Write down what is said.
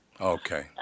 Okay